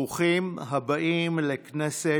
ברוכים הבאים לכנסת,